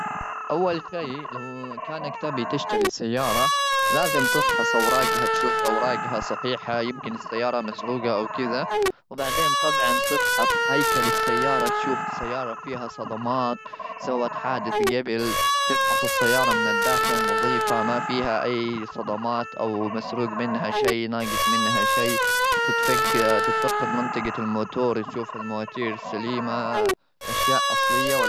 أول شيء، اللي هو كأنك تبي تشتري سيارة، لازم تفحص أوراجها، تشوف أوراجها صحيحة. يمكن السيارة مسروقة أو كذا. وبعدين، طبعا، تفحص هيكل السيارة، تشوف السيارة فيها صدمات، سوت حادث جبل. تفحص السيارة من الداخل، نضيفة ما فيها أي صدمات، أو مسروق منها شيء، ناقص منها شيء. تتفك-تتفقد منطقة الموتور، تشوف المواتير السليمة، أشياء أصلية ولا.